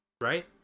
Right